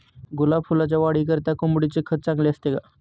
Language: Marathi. गुलाब फुलाच्या वाढीकरिता कोंबडीचे खत चांगले असते का?